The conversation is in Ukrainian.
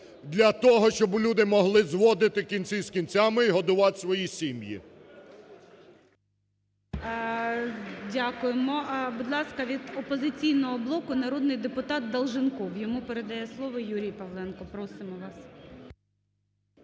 для того, щоби люди могли зводити кінці з кінцями і годувати свої сім'ї. ГОЛОВУЮЧИЙ. Дякуємо. Будь ласка, від "Опозиційного блоку" народний депутат Долженков. Йому передає слово Юрій Павленко. Просимо вас.